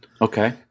Okay